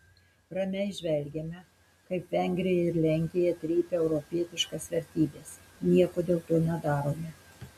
ramiai žvelgiame kaip vengrija ir lenkija trypia europietiškas vertybes nieko dėl to nedarome